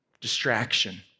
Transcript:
distraction